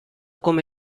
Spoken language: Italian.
come